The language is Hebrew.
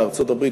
וארצות-הברית,